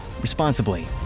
responsibly